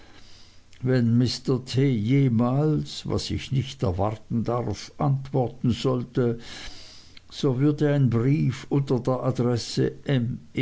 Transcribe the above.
wenn mr t jemals was ich nicht erwarten darf antworten sollte so würde ein brief unter der adresse